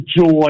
joy